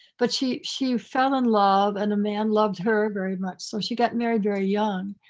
but she she fell in love and a man loved her very much. so she got married very young.